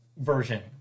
version